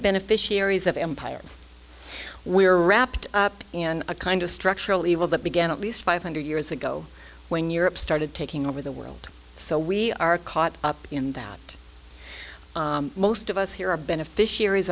beneficiaries of empire we are wrapped up in a kind of structural evil that began at least five hundred years ago when europe started taking over the world so we are caught up in that most of us here are beneficiaries